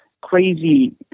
crazy